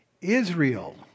Israel